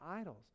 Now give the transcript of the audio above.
idols